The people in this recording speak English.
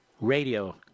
radio